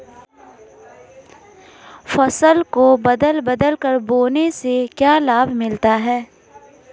फसल को बदल बदल कर बोने से क्या लाभ मिलता है?